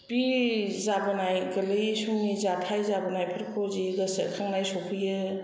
बि जाबोनाय गोलै समनि जाथाइ जाबोलायनायफोरखौ जि गोसो खांनाय सफैयो